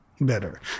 better